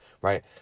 right